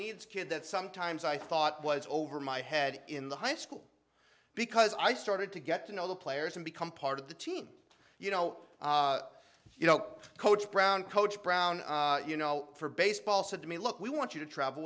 needs kid that sometimes i thought was over my head in the high school because i started to get to know the players and become part of the team you know you know coach brown coach brown you know for baseball said to me look we want you to travel